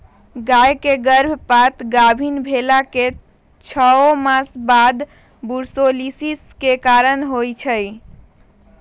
गाय के गर्भपात गाभिन् भेलाके छओ मास बाद बूर्सोलोसिस के कारण होइ छइ